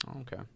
Okay